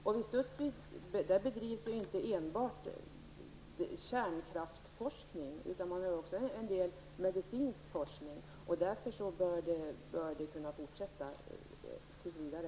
I Studsvik bedrivs inte enbart kärnkraftsforskning utan även en del medicinsk forskning. Därför bör verksamheten få fortsätta tills vidare.